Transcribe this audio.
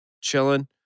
chilling